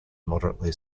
moderately